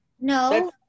No